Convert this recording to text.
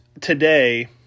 today